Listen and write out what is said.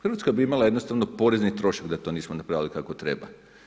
Hrvatska bi imala jednostavno porezni trošak da to nismo napravili kako treba.